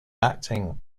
acting